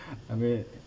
I mean